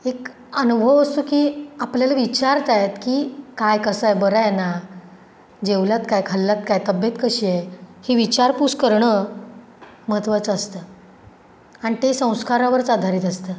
एक अनुभव असतो की आपल्याला विचारत आहेत की काय कसं आहे बरं आहे ना जेवलात काय खाल्लत काय तब्येत कशी आहे ही विचारपूस करणं महत्त्वाचं असतं आणि ते संस्कारावरच आधारित असतं